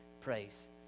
praise